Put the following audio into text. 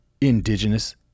Indigenous